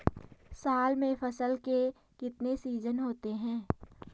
साल में फसल के कितने सीजन होते हैं?